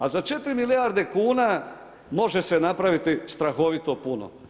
A za 4 milijarde kuna može se napraviti strahovito puno.